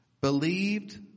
believed